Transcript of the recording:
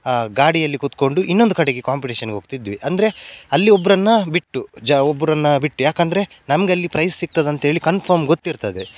ಗಾಡಿಯಲ್ಲಿ ಕುತ್ಕೊಂಡು ಇನ್ನೊಂದು ಕಡೆಗೆ ಕಾಂಪಿಟೇಷನ್ಗೆ ಹೋಗ್ತಿದ್ವಿ ಅಂದರೆ ಅಲ್ಲಿ ಒಬ್ರನ್ನು ಬಿಟ್ಟು ಜ ಒಬ್ರನ್ನು ಬಿಟ್ಟು ಏಕಂದ್ರೆ ನಮ್ಗೆ ಅಲ್ಲಿ ಪ್ರೈಝ್ ಸಿಗ್ತದೆ ಅಂತೇಳಿ ಕನ್ಫರ್ಮ್ ಗೊತ್ತಿರ್ತದೆ